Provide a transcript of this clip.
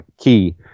key